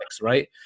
right